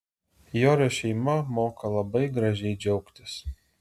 jorio šeima moka labai gražiai džiaugtis